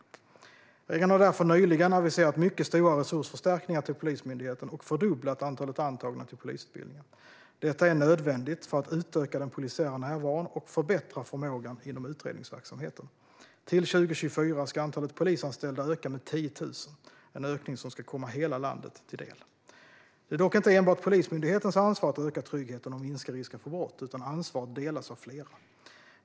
Regeringen har därför nyligen aviserat mycket stora resursförstärkningar till Polismyndigheten och fördubblat antalet antagna till polisutbildningen. Detta är nödvändigt för att utöka den polisiära närvaron och förbättra förmågan inom utredningsverksamheten. Till 2024 ska antalet polisanställda öka med 10 000. Det är en ökning som ska komma hela landet till del. Det är dock inte enbart Polismyndighetens ansvar att öka tryggheten och minska risken för brott, utan ansvaret delas av flera.